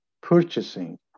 purchasing